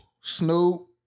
Snoop